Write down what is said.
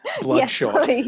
Bloodshot